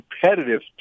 competitive